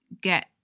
get